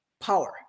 Power